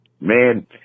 man